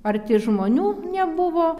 arti žmonių nebuvo